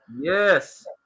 Yes